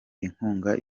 inkunga